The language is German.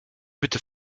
bitte